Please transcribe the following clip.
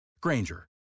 Granger